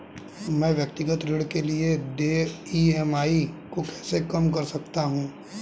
मैं व्यक्तिगत ऋण के लिए देय ई.एम.आई को कैसे कम कर सकता हूँ?